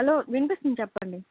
hello విన్పపిస్తోంది చెప్పండి